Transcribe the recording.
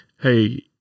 hey